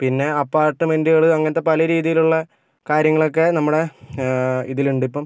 പിന്നേ അപ്പാര്ട്ട്മെന്റുകൾ അങ്ങനത്തെ പല രീതിയിലുള്ള കാര്യങ്ങളൊക്കെ നമ്മുടെ ഇതിലുണ്ട് ഇപ്പം